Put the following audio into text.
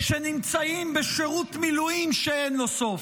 -- שנמצאים בשירות מילואים שאין לו סוף.